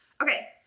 Okay